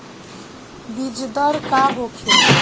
बीजदर का होखे?